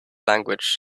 language